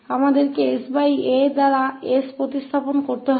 हमें 𝑠 को sa से बदलना हैं